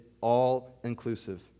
all-inclusive